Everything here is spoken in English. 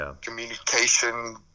communication